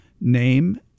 Name